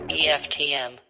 eftm